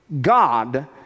God